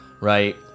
right